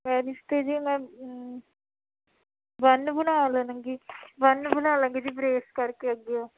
marriage 'ਤੇ ਜੀ ਮੈਂ ਬੰਨ ਬਣਾ ਲਣਗੀ ਬੰਨ ਬਣਾ ਲਵਾਂਗੀ ਜੀ ਬਰੇਸ ਕਰਕੇ ਅੱਗਿਓ